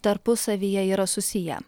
tarpusavyje yra susiję